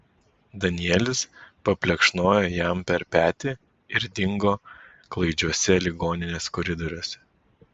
danielis paplekšnojo jam per petį ir dingo klaidžiuose ligoninės koridoriuose